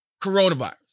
coronavirus